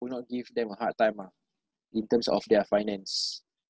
will not give them a hard time ah in terms of their finance